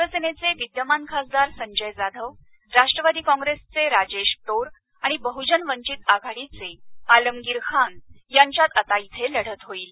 शिवसेनेचे विद्यमान खासदार संजय जाधव राष्ट्रवादी कॉप्रेसचे राजेश टोर आणि बड्जन वंघित आघाडीचे आलमगीर खान यांच्यात आता इथे लढत होईल